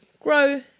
grow